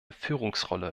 führungsrolle